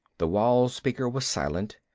the wall speaker was silent.